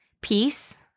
peace